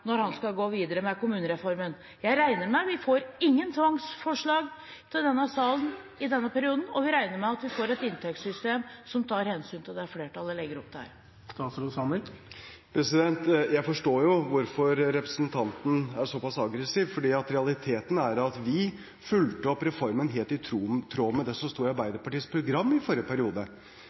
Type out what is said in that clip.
når han skal gå videre med kommunereformen? Jeg regner med at vi ikke får noen tvangsforslag til denne salen i denne perioden, og jeg regner med at vi får et inntektssystem som tar hensyn til det flertallet her legger opp til. Jeg forstår hvorfor representanten er såpass aggressiv, for realiteten er at vi fulgte opp reformen helt i tråd med det som sto i Arbeiderpartiets program i forrige periode.